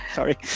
Sorry